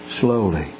slowly